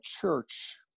Church